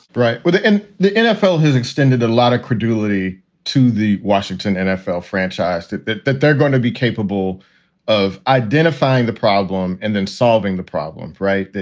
right. within the nfl has extended a lot of credulity to the washington nfl franchise to that that they're going to be capable of identifying the problem and then solving the problem. right.